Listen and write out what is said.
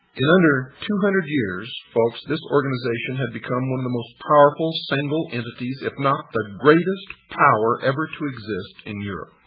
in under two hundred years this organization had become one of the most powerful single entities if not the greatest power ever to exist in europe.